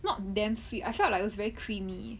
not damn sweet I felt like it was very creamy